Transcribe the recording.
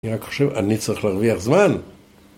אני רק חושב אני צריך להרוויח זמן